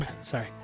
sorry